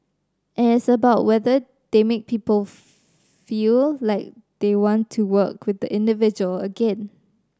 and it is about whether they make people feel like they want to work with the individual again